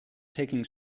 taking